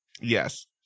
Yes